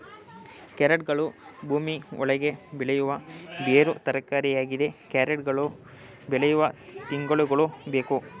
ಕ್ಯಾರೆಟ್ಗಳು ಭೂಮಿ ಒಳಗೆ ಬೆಳೆಯುವ ಬೇರು ತರಕಾರಿಯಾಗಿದೆ ಕ್ಯಾರೆಟ್ ಗಳು ಬೆಳೆಯಲು ತಿಂಗಳುಗಳು ಬೇಕು